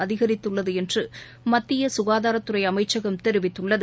அதிகரித்துள்ளது என்று மத்திய சுகாதாரத்துறை அமைச்சகம் தெரிவித்துள்ளது